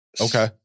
Okay